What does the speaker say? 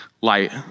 light